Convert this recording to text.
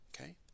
okay